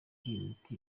imiti